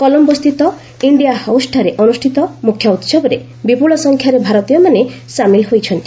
କଲମ୍ବୋସ୍ଥିତ India ହାଉସ୍ଠାରେ ଅନୁଷ୍ଠିତ ମୁଖ୍ୟ ଉତ୍ସବରେ ବିପୁଳ ସଂଖ୍ୟାରେ ଭାରତୀୟମାନେ ସାମିଲ୍ ହୋଇଛନ୍ତି